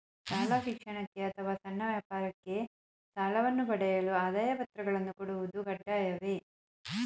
ಶಾಲಾ ಶಿಕ್ಷಣಕ್ಕೆ ಅಥವಾ ಸಣ್ಣ ವ್ಯಾಪಾರಕ್ಕೆ ಸಾಲವನ್ನು ಪಡೆಯಲು ಆದಾಯ ಪತ್ರಗಳನ್ನು ಕೊಡುವುದು ಕಡ್ಡಾಯವೇ?